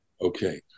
Okay